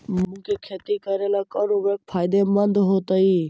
मुंग के खेती करेला कौन उर्वरक फायदेमंद होतइ?